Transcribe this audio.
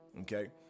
Okay